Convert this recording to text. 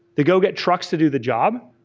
they go get trucks to do the job,